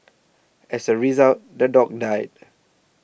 as a result the dog died